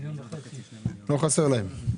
לא חסר להם.